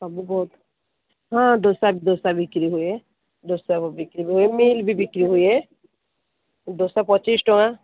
ସବୁ ବହୁତ ହଁ ଦୋସା ଦୋସା ବିକ୍ରି ହୁଏ ଦୋସା ବିକ୍ରି ହୁଏ ମିଲ୍ ବି ବିକ୍ରି ହୁଏ ଦୋସା ପଚିଶ ଟଙ୍କା